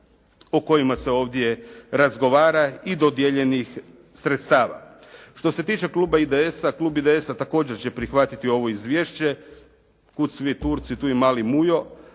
o kojima se ovdje razgovara i dodijeljenih sredstava. Što se tiče kluba IDS-a, klub IDS-a također će prihvatiti ovo izvješće. Kud svi Turci, tu i mali Mujo,